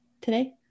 today